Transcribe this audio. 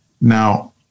Now